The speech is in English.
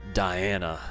diana